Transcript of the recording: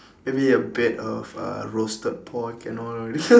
maybe a bed of uh roasted pork and all